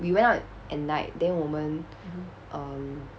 we went out at night then 我们 um